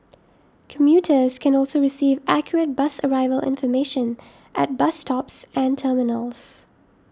commuters can also receive accurate bus arrival information at bus stops and terminals